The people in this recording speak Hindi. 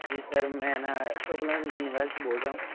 जी सर मैं ना बोल रहा हूँ